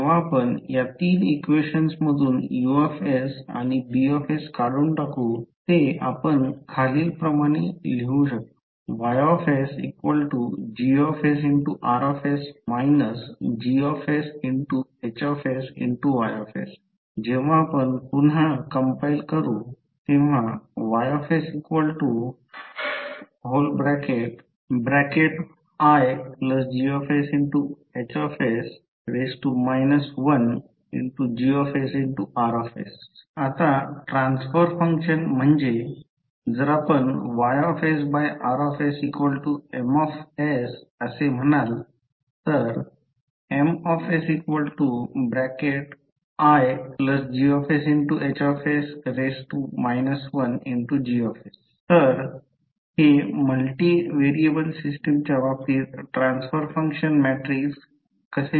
जेव्हा आपण या तीन इक्वेशन्स मधून U आणि B काढून टाकू ते आपण असे लिहू शकतो YsGsRs GsHsYs जेव्हा आपण पुन्हा कंपाईल करु YsIGsHs 1GsRs आता ट्रान्सफर फंक्शन म्हणजे जर आपण YsRsMअसे म्हणाल तर MsIGsHs 1Gs तर हे मल्टिव्हिएबल सिस्टमच्या बाबतीत ट्रान्सफर फंक्शन मॅट्रिक्स कसे मिळवाल